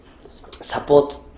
support